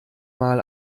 mal